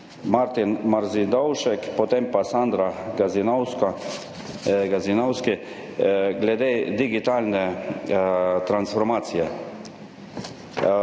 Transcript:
Martin Marzidovšek pa Sandra Gazinkovski glede digitalne transformacije